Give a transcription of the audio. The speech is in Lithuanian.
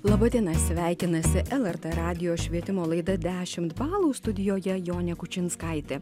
laba diena sveikinasi lrt radijo švietimo laida dešimt balų studijoje jonė kučinskaitė